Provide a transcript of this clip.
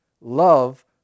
Love